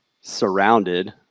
surrounded